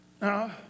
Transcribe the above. Now